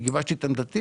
כשגיבשתי את עמדתי